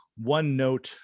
OneNote